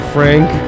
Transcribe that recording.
Frank